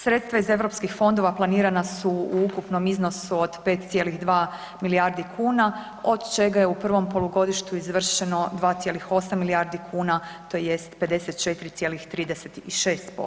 Sredstva iz europskih fondova planirana su u ukupnom iznosu od 5,2 milijardi kuna, od čega je u prvom polugodištu izvršeno 2,8 milijardi kuna tj. 54,36%